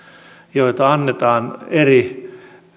joita annetaan eri